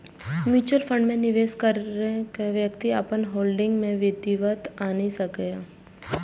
mutual fund मे निवेश कैर के व्यक्ति अपन होल्डिंग मे विविधता आनि सकैए